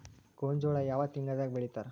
ಗೋಂಜಾಳ ಯಾವ ತಿಂಗಳದಾಗ್ ಬೆಳಿತಾರ?